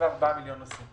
ל-24 מיליון נוסעים.